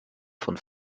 von